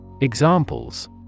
Examples